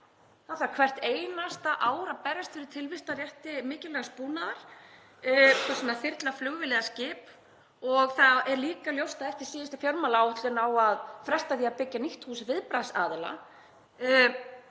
Það þarf hvert einasta ár að berjast fyrir tilvistarrétti mikilvægs búnaðar hvort sem það er þyrla, flugvél eða skip. Það er líka ljóst að eftir síðustu fjármálaáætlun á að fresta því að byggja nýtt hús viðbragðsaðila